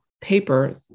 paper